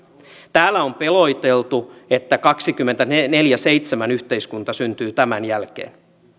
täällä on peloteltu että kaksikymmentäneljä kautta seitsemän yhteiskunta syntyy tämän jälkeen